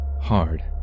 hard